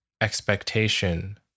expectation